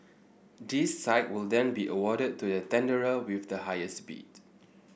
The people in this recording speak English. the site will then be awarded to the tenderer with the highest bid